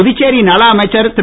புதுச்சேரி நல அமைச்சர் திரு